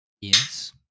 Yes